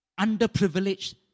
underprivileged